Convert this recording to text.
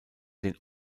den